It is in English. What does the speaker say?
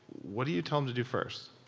what do you tell them to do first?